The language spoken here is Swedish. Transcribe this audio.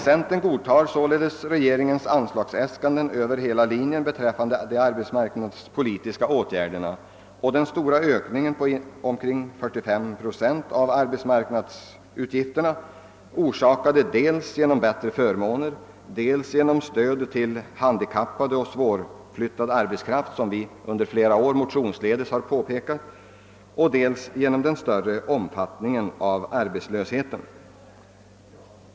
Centern godtar således regeringens anslagsäskanden över hela linjen beträffande de arbetsmarknadspolitiska åtgärderna och den stora ökningen på omkring 45 procent av arbetsmarknadsutgifterna, orsakade dels av bättre förmåner, dels av stöd till handikappade och till svårflyttad arbetskraft, som vi under flera år motionsledes påyrkat, dels ock av den större omfattningen av arbetslösheten.